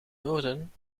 noorden